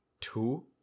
two